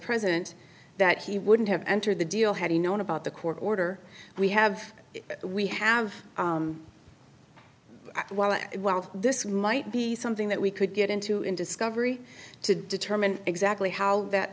president that he wouldn't have entered the deal had he known about the court order we have we have while this might be something that we could get into in discovery to determine exactly how that